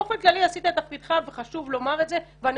באופן כללי עשית את תפקידך וחשוב לומר את זה ואני